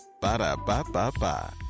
Ba-da-ba-ba-ba